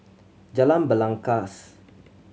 Jalan Belangkas